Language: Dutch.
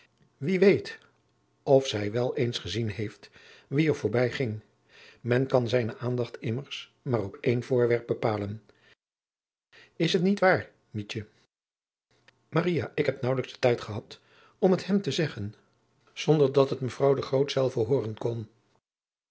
wie weet of zij wel eens gezien heeft wie er voorbijging men kan zijne aandacht immers maar op één voorwerp bepalen is het niet waar mietje maria ik heb naauwelijks den tijd gehad om het hem te zeggen zonder dat het mevrouw de groot zelve hooren kon